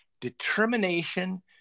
determination